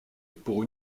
pour